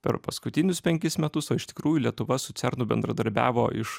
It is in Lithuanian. per paskutinius penkis metus o iš tikrųjų lietuva su cernu bendradarbiavo iš